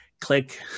click